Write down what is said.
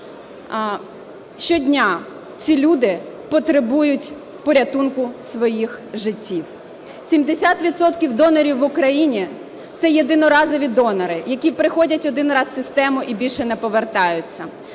Щодня ці люди потребують порятунку своїх життів. 70 відсотків донорів в Україні – це єдиноразові донори, які приходять один раз в систему і більше не повертаються.